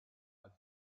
als